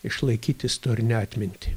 išlaikyt istorinę atmintį